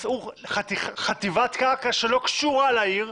מצאו חטיבת קרקע שלא קשורה לעיר,